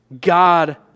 God